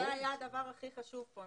זהו, זה היה הדבר הכי חשוב פה.